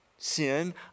sin